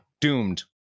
Doomed